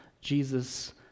Jesus